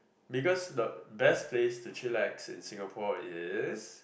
because the best place do you like in Singapore is